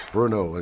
Bruno